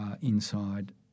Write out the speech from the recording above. inside